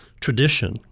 tradition